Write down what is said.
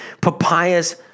Papayas